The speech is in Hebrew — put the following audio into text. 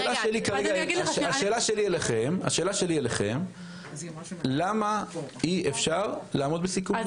השאלה שלי אליכם למה אי אפשר לעמוד בסיכום?